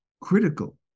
Critical